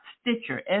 Stitcher